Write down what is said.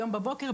היום בבוקר,